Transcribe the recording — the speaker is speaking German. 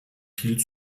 viel